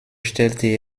stellte